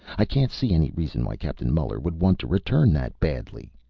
i can't see any reason why captain muller would want to return that badly.